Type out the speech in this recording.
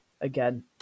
again